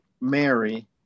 Mary